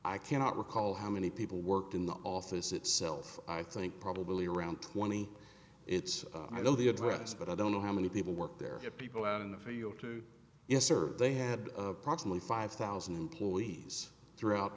i cannot recall how many people worked in the office itself i think probably around twenty it's i know the address but i don't know how many people work there are people out in the field to yes or they had approximately five thousand employees throughout